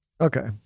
Okay